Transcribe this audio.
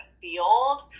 field